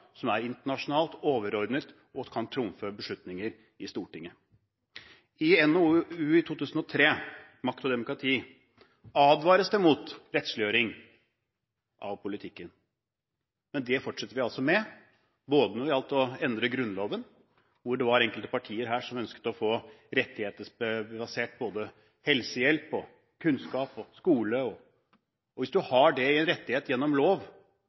som er internasjonalt overordnet, og som kan trumfe beslutninger i Stortinget. I NOU 2003:19, Makt og demokrati, advares det mot rettsliggjøring av politikken, men det fortsetter vi altså med, f.eks. da det gjaldt å endre Grunnloven, var det enkelte partier her som ønsket å få rettighetsbasert både helsehjelp, kunnskap og skole. Hvis man har det i en rettighet gjennom lov,